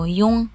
yung